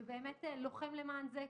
ולוחם למען זה,